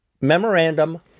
Memorandum